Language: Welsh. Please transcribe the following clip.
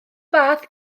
fath